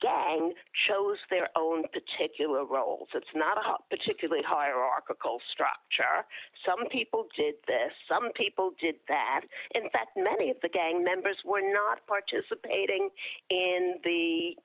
gathering chose their own particular roles it's not a particularly hierarchical structure some people did this some people did that in fact many of the gang members were not participating in the